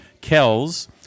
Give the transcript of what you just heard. Kells